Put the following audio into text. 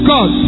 God